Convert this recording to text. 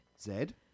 Zed